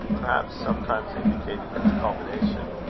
perhaps sometimes indicating its culmination.